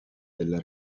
della